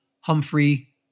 Humphrey